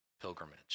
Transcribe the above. pilgrimage